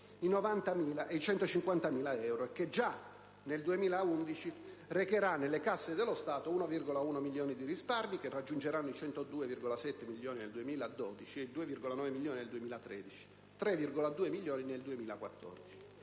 i 90.000 e i 150.000 euro, che già nel 2011 recherà nelle casse dello Stato 1,1 milioni di risparmi, che raggiungeranno 102,7 milioni nel 2012, 2,9 milioni nel 2013 e 3,2 milioni nel 2014.